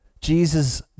Jesus